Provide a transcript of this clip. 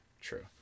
True